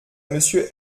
monsieur